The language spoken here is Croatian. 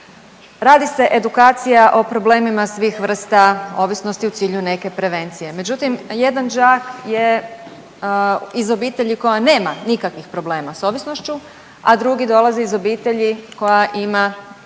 radi se edukacija o problemima svih vrsta ovisnosti u cilju neke prevencije. Međutim, jedan đak je iz obitelji koja nema nikakvih problema s ovisnošću, a drugi dolazi iz obitelji koja ima teški